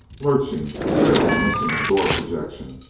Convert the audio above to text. lurching, barely missing a door projection.